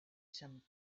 sant